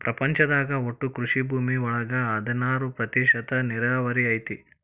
ಪ್ರಪಂಚದಾಗ ಒಟ್ಟು ಕೃಷಿ ಭೂಮಿ ಒಳಗ ಹದನಾರ ಪ್ರತಿಶತಾ ನೇರಾವರಿ ಐತಿ